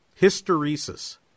hysteresis